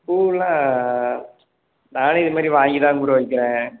பூவெல்லாம் நானே இது மாதிரி வாங்கி தான் ப்ரோ விற்கிறேன்